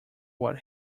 what